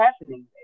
happening